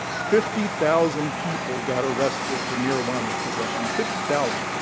fifty thousand people got arrested for marijuana possession, fifty thousand,